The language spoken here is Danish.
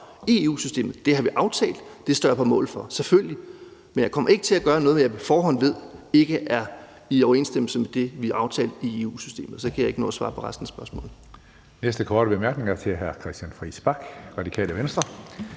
i EU-systemet. Det har vi aftalt, og det står jeg på mål for, selvfølgelig. Men jeg kommer ikke til at gøre noget, som jeg på forhånd ved ikke er i overensstemmelse med det, vi har aftalt i EU-systemet. Og så kan jeg ikke nå at svare på resten af spørgsmålet.